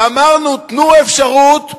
ואמרנו, תנו אפשרות,